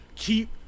keep